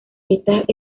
estas